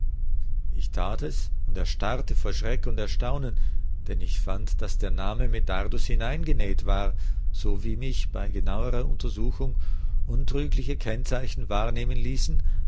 ich tat es und erstarrte vor schreck und erstaunen denn ich fand daß der name medardus hineingenäht war so wie mich bei genauerer untersuchung untrügliche kennzeichen wahrnehmen ließen